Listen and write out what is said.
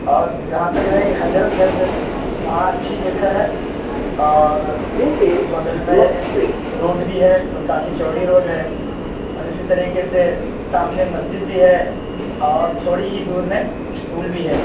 اور جہاں تک رہی کہ حضرت گنج میں وہاں اچھی جگہ ہے اور بغل میں روڈ بھی ہے وہ کافی چوڑی روڈ ہے اور اسی طریقے سے سامنے مسجد بھی ہے اور تھوڑی ہی دور میں اسکول بھی ہے